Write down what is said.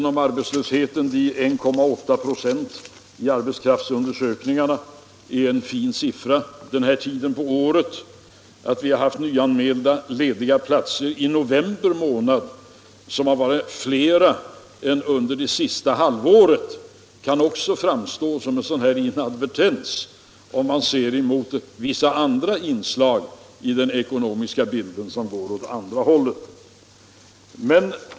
De enligt arbetskraftsundersökningarna 1,8 procenten arbetslösa är en fin siffra vid denna tid på året. Att vi har haft nyanmälda lediga platser i november till ett antal som är större än under det senaste halvåret kan också framstå som en inadvertens om man ser på vissa andra inslag i den ekonomiska bilden som går åt andra hållet.